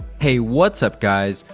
hey, what's up, guys?